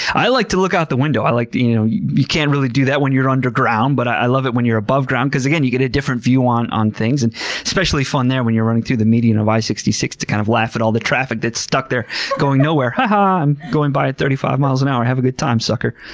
i like to look out the window. like you know you can't really do that when you're underground, but i love it when you're above ground because again, you get a different view on on things. and especially fun there when you're running through the median of i sixty six to kind of laugh at all the traffic that's stuck there going nowhere. ha ha! i'm going by at thirty five miles an hour. have a good time, sucker!